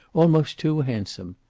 almost too handsome.